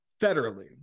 federally